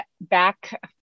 back